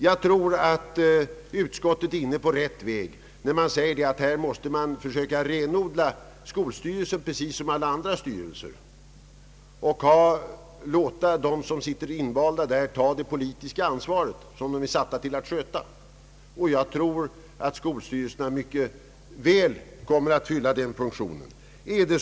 Jag tror utskottet är inne på rätt väg när man säger att skolstyrelserna måste renodlas precis som alla andra styrelser så att de som valts in får ta det politiska ansvar de är satta att sköta. Jag tror att skolstyrelserna mycket väl kommer att fylla den funktionen.